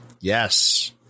Yes